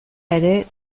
ere